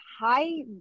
high